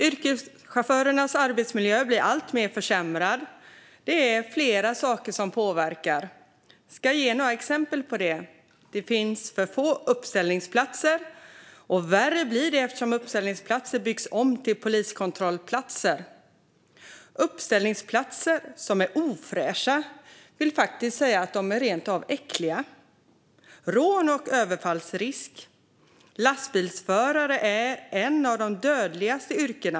Fru talman! Yrkeschaufförernas arbetsmiljö blir allt sämre. Det är flera saker som påverkar detta. Jag ska ge några exempel. Det finns för få uppställningsplatser, och värre blir det eftersom uppställningsplatser byggs om till poliskontrollplatser. Många uppställningsplatser är ofräscha - jag vill faktiskt säga att de rent av är äckliga. Rån och överfallsrisken är stor. Lastbilsförare är ett av de dödligaste yrkena.